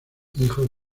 hijo